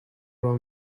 راه